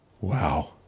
Wow